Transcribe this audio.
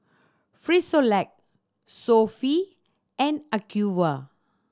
Frisolac Sofy and Acuvue